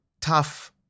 tough